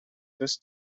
this